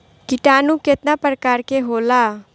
किटानु केतना प्रकार के होला?